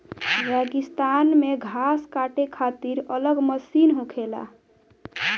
रेगिस्तान मे घास काटे खातिर अलग मशीन होखेला